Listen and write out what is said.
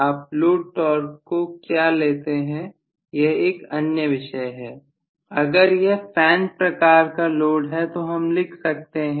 आप load torque को क्या लेते हैं यह एक अन्य विषय है अगर यह फैन प्रकार का लोड है तो हम लिख सकते हैं